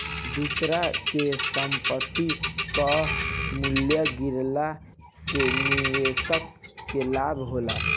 दूसरा के संपत्ति कअ मूल्य गिरला से निवेशक के लाभ होला